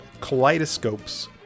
kaleidoscopes